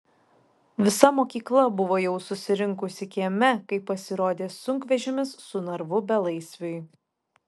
visa mokykla buvo jau susirinkusi kieme kai pasirodė sunkvežimis su narvu belaisviui